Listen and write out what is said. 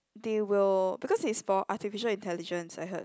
they will because they stored artificial intelligence I heard